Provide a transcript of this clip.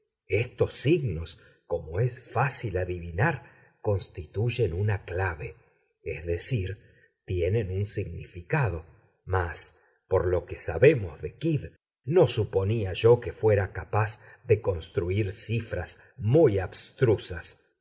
estos signos como es fácil adivinar constituyen una clave es decir tienen un significado mas por lo que sabemos de kidd no suponía yo que fuera capaz de construir cifras muy abstrusas